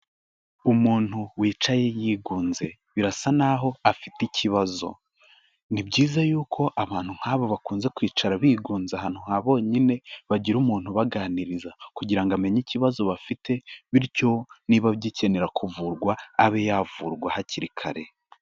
Umuntu wicaye yigunze birasa n'aho afite ikibazo, ni byiza yuko abantu nk'aba bakunze kwicara bigunze ahantu habonyine bagira umuntu ubaganiriza kugira ngo amenye ikibazo bafite bityo niba gikenera kuvurwa abe yavurwa hakiri kare.